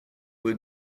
were